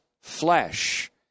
flesh